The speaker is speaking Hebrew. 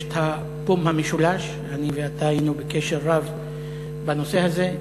יש פה במשולש, אני ואתה היינו בקשר רב בנושא הזה.